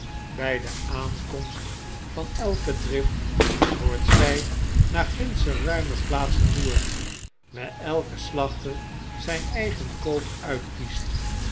bij de aankomst van elke drift wordt zjj naar gindsche ruime plaats gevoerd waar elke slachter zijn eigen koop uitkiest